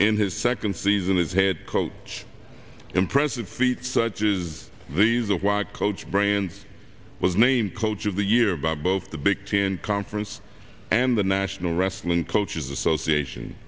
in his second season as head coach impressive feat such is the reason why i coach brands was name coach of the year by both the big ten conference and the national wrestling coaches association